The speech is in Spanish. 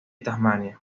tasmania